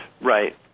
Right